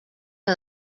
que